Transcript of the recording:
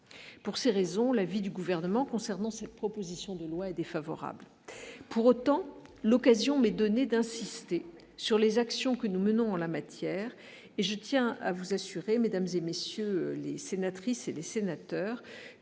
pour ces raisons, l'avis du gouvernement concernant cette proposition de loi défavorable pour autant l'occasion m'est donnée d'insister sur les actions que nous menons en la matière et je tiens à vous assurer, mesdames et messieurs les sénatrices et les sénateurs